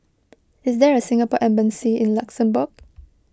is there a Singapore Embassy in Luxembourg